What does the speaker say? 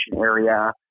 area